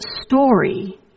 story